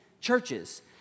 churches